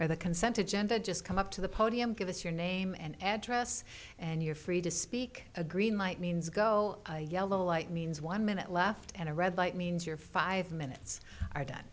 or the consent to gender just come up to the podium give us your name and address and you're free to speak a green light means go yellow light means one minute left and a red light means your five minutes are done